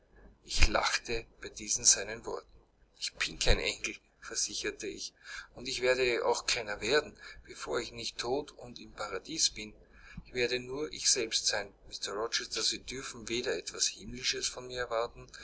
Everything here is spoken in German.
ich lachte bei diesen seinen worten ich bin kein engel versicherte ich und ich werde auch keiner werden bevor ich nicht tot und im paradiese bin ich werde nur ich selbst sein mr rochester sie dürfen weder etwas himmlisches von mir erwarten